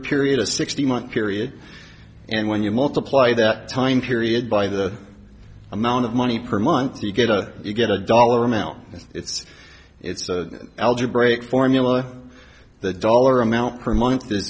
period a sixteen month period and when you multiply that time period by the amount of money per month you get out you get a dollar amount and it's it's algebraic formula the dollar amount per month th